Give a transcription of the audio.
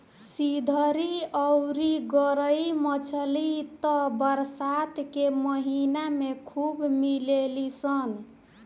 सिधरी अउरी गरई मछली त बरसात के महिना में खूब मिलेली सन